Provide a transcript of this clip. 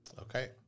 Okay